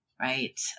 right